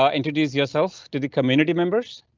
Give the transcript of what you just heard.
um introduce yourself to the community members?